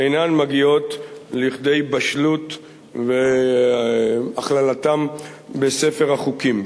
אינן מגיעות לכדי בשלות והכללה בספר החוקים.